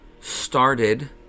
started